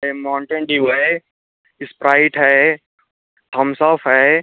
यह Mountain Dew है Sprite है थम्स अफ है